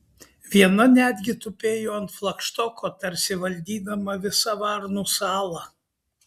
viena netgi tupėjo ant flagštoko tarsi valdydama visą varnų salą